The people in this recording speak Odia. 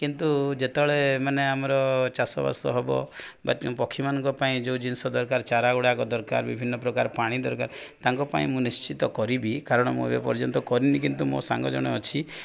କିନ୍ତୁ ଯେତେବେଳେ ମାନେ ଆମର ଚାଷବାସ ହବ ବା ପକ୍ଷୀମାନଙ୍କ ପାଇଁ ଯେଉଁ ଜିନିଷ ଦରକାର ଚାରା ଗୁଡ଼ାକ ଦରକାର ବିଭିନ୍ନ ପ୍ରକାର ପାଣି ଦରକାର ତାଙ୍କ ପାଇଁ ମୁଁ ନିଶ୍ଚିତ କରିବି କାରଣ ମୁଁ ଏବେ ପର୍ଯ୍ୟନ୍ତ କରିନି କିନ୍ତୁ ମୋ ସାଙ୍ଗ ଜଣେ ଅଛି